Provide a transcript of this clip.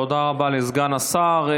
תודה רבה לסגן השר.